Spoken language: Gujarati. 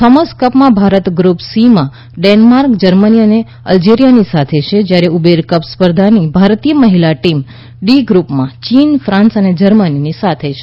થોમસ કપમાં ભારત ગ્રૂપ સી માં ડેન્માર્ક જર્મની અને અલ્જેરીયાની સાથે છે જ્યારે ઉબેર કપ સ્પર્ધાની ભારતીય મહિલા ટીમ ડી ગ્રૂપમાં ચીન ફાન્સ અને જર્મનીની સાથે છે